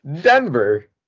Denver